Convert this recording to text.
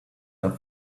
are